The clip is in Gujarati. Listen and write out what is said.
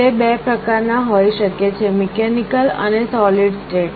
રિલે બે પ્રકારનાં હોઈ શકે છે મિકૅનિકલ અને સૉલિડ સ્ટેટ